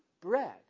bread